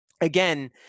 again